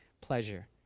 pleasure